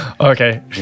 Okay